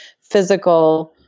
physical